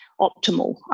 optimal